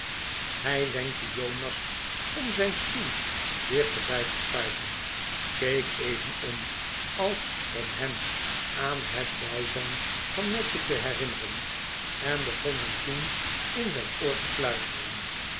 hij wenkte jonas om zijn stoel dichterbij te schuiven keek even om als om hem aan het bij zijn van nadgett te herinneren en begon hem toen in zijn oor te fluisteren